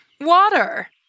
Water